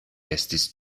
estis